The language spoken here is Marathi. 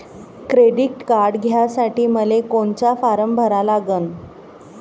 क्रेडिट कार्ड घ्यासाठी मले कोनचा फारम भरा लागन?